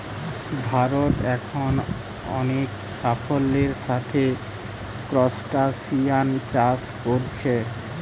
ভারত এখন অনেক সাফল্যের সাথে ক্রস্টাসিআন চাষ কোরছে